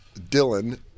Dylan